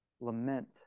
lament